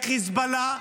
חיזבאללה.